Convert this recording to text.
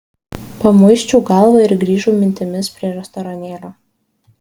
pamuisčiau galvą ir grįžau mintimis prie restoranėlio